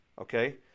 Okay